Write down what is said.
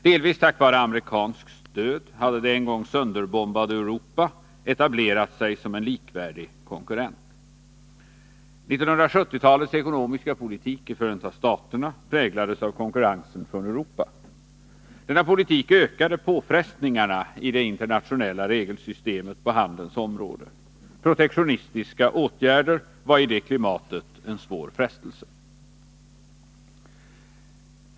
Delvis tack vare amerikanskt stöd hade det en gång sönderbombade Europa etablerat sig som en likvärdig konkurrent. 1970-talets ekonomiska politik i Förenta staterna präglades av konkurrensen från Europa. Denna politik ökade påfrestningarna i det internationella regelsystemet på handelns område. Protektionistiska åtgärder var i det klimatet en svår frestelse.